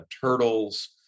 Turtles